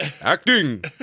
Acting